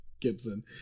gibson